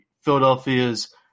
Philadelphia's